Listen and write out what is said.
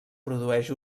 produeix